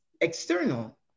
external